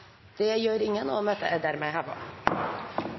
Det gjør ingen, og møtet er dermed